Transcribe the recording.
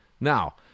Now